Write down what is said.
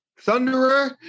Thunderer